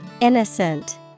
Innocent